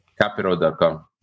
Capital.com